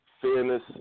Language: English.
Fairness